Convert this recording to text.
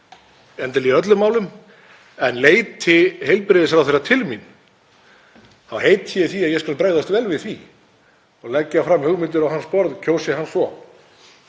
sammála í öllum málum. En leiti heilbrigðisráðherra til mín þá heiti ég því að ég skal bregðast vel við því og leggja fram hugmyndir á hans borð kjósi hann svo.